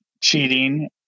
cheating